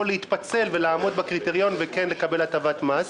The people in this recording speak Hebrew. להתפצל ולעמוד בקריטריון וכן לקבל הטבת מס.